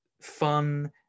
fun